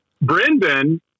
Brendan